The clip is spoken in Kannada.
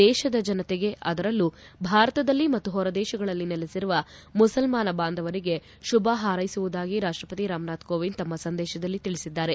ದೇಶದ ಜನತೆಗೆ ಅದರಲ್ಲೂ ಭಾರತದಲ್ಲಿ ಮತ್ತು ಹೊರದೇಶಗಳಲ್ಲಿ ನೆಲೆಸಿರುವ ಮುಸಲ್ಲಾನ ಬಾಂಧವರಿಗೆ ಶುಭ ಹಾರ್ೈಸುವುದಾಗಿ ರಾಷ್ಟಪತಿ ರಾಮನಾಥ್ ಕೋವಿಂದ್ ತಮ್ಮ ಸಂದೇಶದಲ್ಲಿ ತಿಳಿಸಿದ್ದಾರೆ